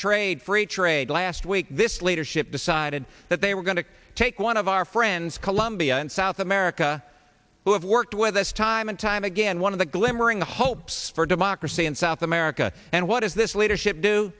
trade free trade last week this leadership decided that they were going to take one of our friends colombia and south america who have worked with us time and time again one of the glimmering the hopes for democracy in south america and what is this leadership do